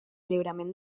lliuraments